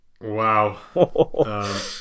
Wow